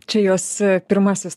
čia jos pirmasis